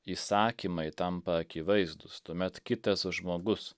įsakymai tampa akivaizdūs tuomet kitas žmogus